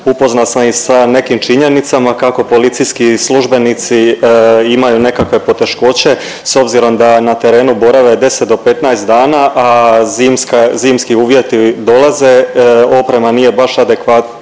upoznao sam ih sa nekim činjenicama kako policijski službenici imaju nekakve poteškoće s obzirom da na terenu borave 10 do 15 dana, a zimski uvjeti dolaze, oprema nije baš adekvatna.